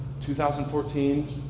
2014